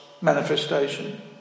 manifestation